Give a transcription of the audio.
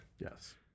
Yes